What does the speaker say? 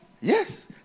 yes